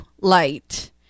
light